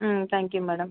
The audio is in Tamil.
ம் தேங்க்யூ மேடம்